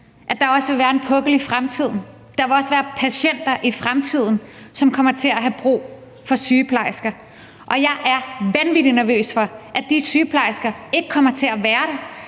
at der også vil være en pukkel i fremtiden. Der vil også være patienter i fremtiden, som kommer til at have brug for sygeplejersker, og jeg er vanvittig nervøs for, at de sygeplejersker ikke kommer til at være der,